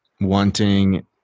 wanting